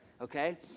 okay